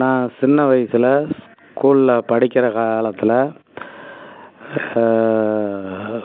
நான் சின்ன வயசில் ஸ்கூலில் படிக்கிற காலத்தில்